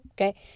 okay